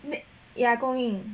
ya 供应